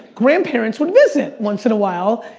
grandparents would visit once in a while,